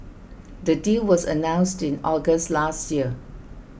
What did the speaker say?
the deal was announced in August last year